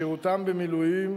שירותם במילואים,